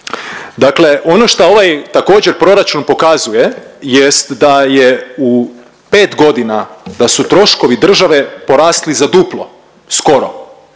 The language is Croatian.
Dakle ono šta ovaj također proračun pokazuje jest da je u 5.g. da su troškovi države porasli za duplo skoro.